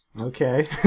Okay